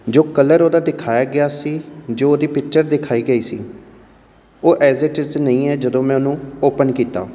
ਜੋ ਕਲਰ ਉਹਦਾ ਦਿਖਾਇਆ ਗਿਆ ਸੀ ਜੋ ਉਹਦੀ ਪਿਕਚਰ ਦਿਖਾਈ ਗਈ ਸੀ ਉਹ ਐਜ ਇਟ ਇਜ਼ ਨਹੀਂ ਹੈ ਜਦੋਂ ਮੈਂ ਉਹਨੂੰ ਓਪਨ ਕੀਤਾ